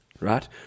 Right